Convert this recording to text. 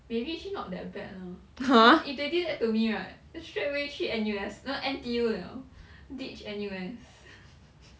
maybe actually not that bad lah if if they did that to me right just straight away 去 N_U_S 那个 N_T_U liao ditch N_U_S